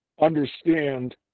understand